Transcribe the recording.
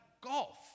golf